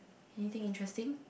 anything interesting